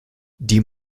die